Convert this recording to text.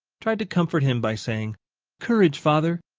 tried to comfort him by saying courage, father!